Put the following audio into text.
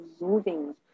moving